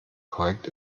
korrekt